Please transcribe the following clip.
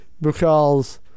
because-